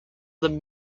than